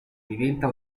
diventa